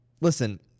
listen